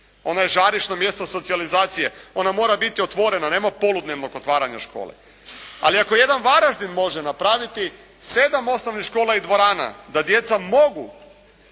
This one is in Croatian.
Ona je žarišno mjesto socijalizacije. Ona mora biti otvorena, nema poludnevnog otvaranja škole. Ali ako jedan Varaždin može napraviti sedam osnovnih škola i dvorana da djeca mogu